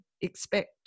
expect